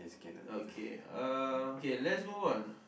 okay uh K let's move on